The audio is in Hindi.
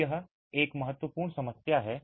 तो यह एक महत्वपूर्ण समस्या है